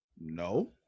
No